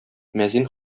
мәзин